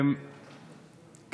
תודה רבה.